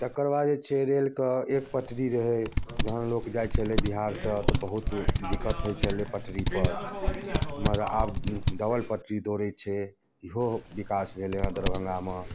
तेकर बाद जे छै रेलके एक पटरी रहै जहन लोक जाइ छेलै बिहार सँ तऽ बहुत दिक्कत होइ छेलै पटरी पर मुदा आब डबल पटरी दौड़ै छै इहो विकास भेलै है दरभङ्गामे